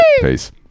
Peace